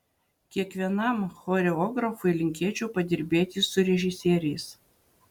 kiekvienam choreografui linkėčiau padirbėti su režisieriais